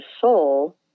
soul